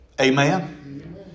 Amen